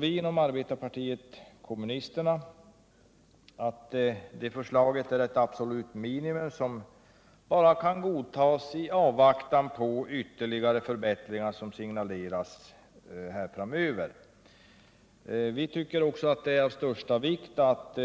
Vi inom apk anser att det förslaget är absolut minimum, som bara kan godtas i avvaktan på de ytterligare förbättringar som signaleras. Vi tycker också att det är av största vikt att